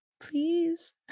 Please